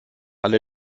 alle